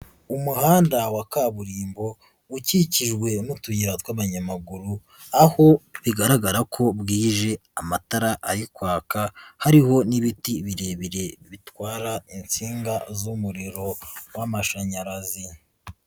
Umuhanda wa kaburimbo ,ukikiwe n'utuyira tw'abanyamaguru, aho bigaragara ko bwije amatara ari kwaka ,hariho n'ibiti birebire bitwara insinga z'umuriro w'amashanyarazi.